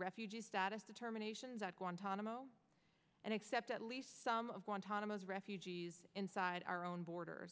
refugee status determination that guantanamo and accept at least some of those refugees inside our own border